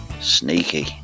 sneaky